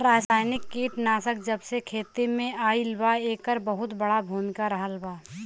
रासायनिक कीटनाशक जबसे खेती में आईल बा येकर बहुत बड़ा भूमिका रहलबा